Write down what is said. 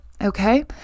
Okay